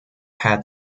had